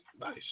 Nice